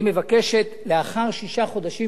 היא מבקשת לקבוע, שנכס הרוס, לאחר שישה חודשים